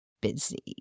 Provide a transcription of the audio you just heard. busy